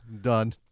done